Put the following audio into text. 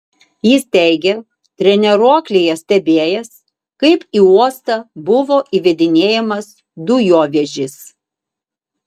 jis teigė treniruoklyje stebėjęs kaip į uostą buvo įvedinėjamas dujovežis